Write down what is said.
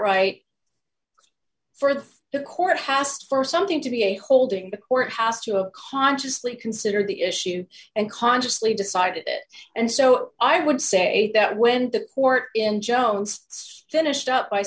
right for of the court hast for something to be a holding the court has to a consciously considered the issue and consciously decided it and so i would say that when the court in jones it's finished up by